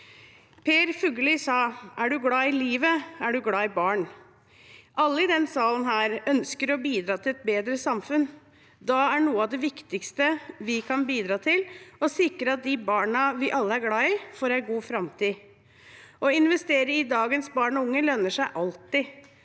Per Fugelli sa: «Er du glad i livet, så er du glad i barn.» Alle i denne salen ønsker å bidra til et bedre samfunn. Da er noe av det viktigste vi kan bidra til, å sikre at de barna vi alle er glad i, får en god framtid. Å investere i dagens barn og unge lønner seg alltid,